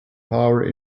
power